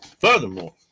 Furthermore